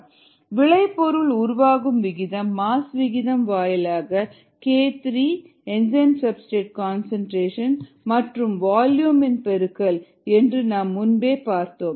EtSKmS ES விளைபொருள் உருவாகும் விகிதம் மாஸ் விகிதம் வாயிலாக k3 ES மற்றும் வால்யூமின் பெருக்கல் என்று நாம் முன்பே பார்த்தோம்